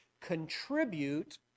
contribute